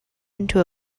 into